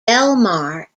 delmar